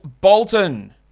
Bolton